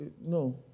no